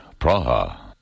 Praha